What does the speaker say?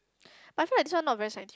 I feel like this one not very scientific